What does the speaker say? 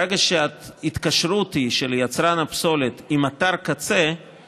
ברגע שההתקשרות היא של יצרן הפסולת עם אתר קצה,